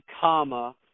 comma